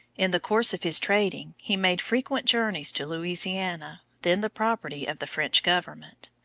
in the course of his trading he made frequent journeys to louisiana, then the property of the french government.